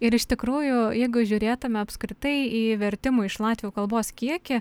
ir iš tikrųjų jeigu žiūrėtume apskritai į vertimų iš latvių kalbos kiekį